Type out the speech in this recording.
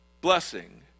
blessing